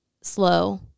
slow